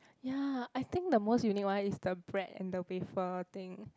ya I think the most unique one is the bread and the wafer thing